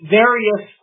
various